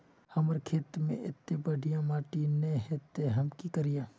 हमर खेत में अत्ते बढ़िया माटी ने है ते हम की करिए?